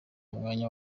umwanya